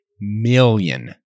million